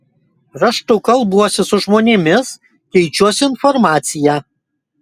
raštu kalbuosi su žmonėmis keičiuosi informacija